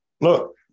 Look